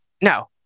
No